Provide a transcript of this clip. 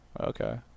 Okay